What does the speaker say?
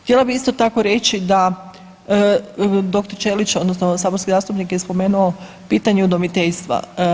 Htjela bi isto tako reći da, dr. Ćelić, odnosno saborski zastupnik je spomenuo pitanje udomiteljstva.